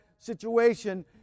situation